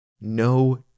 no